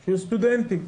של הסטודנטים.